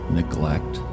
neglect